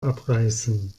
abreißen